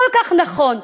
כל כך נכון,